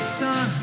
sun